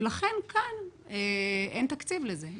ולכן כאן אין תקציב לזה.